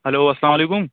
hello اسلام علیکُم